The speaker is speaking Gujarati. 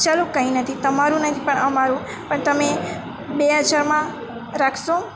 ચલો કંઈ નથી તમારું નહીં પણ અમારું પણ તમે બે હજારમાં રાખશો